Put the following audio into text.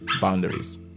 boundaries